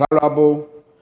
valuable